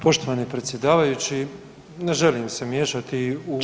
Poštovani predsjedavajući, ne želim se miješati u…